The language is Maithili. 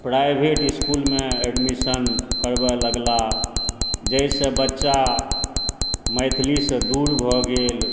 प्राइवेट इसकुलमे एडमिशन करबै लगलाह जाहिसँ बच्चा मैथिलीसँ दूर भऽ गेल